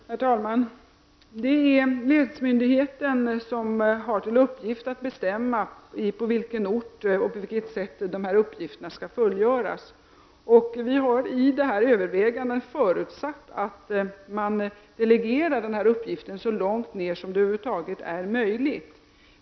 Herr talman! Det är länsmyndigheten som har till uppgift att bestämma på vilken ort och på vilket sätt dessa uppgifter skall fullgöras. Vi har vid dessa överväganden förutsatt att denna uppgift delegeras så långt ner som det över huvud taget är möjligt.